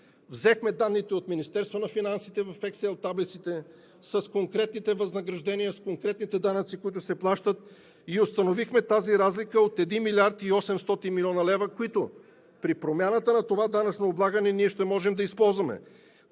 Взехме данните от Министерството на финансите в ексел таблиците с конкретните възнаграждения, с конкретните данъци, които се плащат, и установихме тази разлика от 1 млрд. 800 млн. лв., които, при промяната на това данъчно облагане, ще можем да използваме